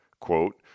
quote